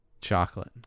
Chocolate